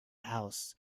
house